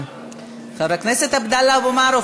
חבר הכנסת עבדאללה אבו מערוף,